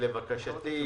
לבקשתי,